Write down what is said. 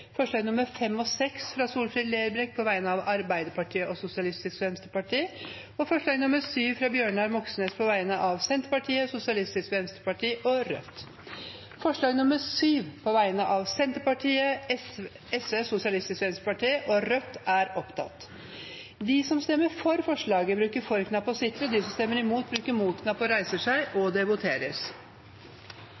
forslag. Det er forslagene nr. 1–4, fra Solfrid Lerbrekk på vegne av Arbeiderpartiet, Senterpartiet og Sosialistisk Venstreparti forslagene nr. 5 og 6, fra Solfrid Lerbrekk på vegne av Arbeiderpartiet og Sosialistisk Venstreparti forslag nr. 7, fra Bjørnar Moxnes på vegne av Senterpartiet, Sosialistisk Venstreparti og Rødt Det voteres over forslag nr. 7, fra Senterpartiet, Sosialistisk Venstreparti og Rødt. Forslaget